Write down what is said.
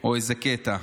או איזה קטע.